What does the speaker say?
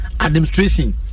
administration